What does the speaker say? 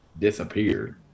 disappeared